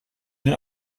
den